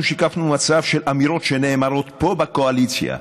אנחנו שיקפנו מצב של אמירות שנאמרות פה בקואליציה,